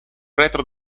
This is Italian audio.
retro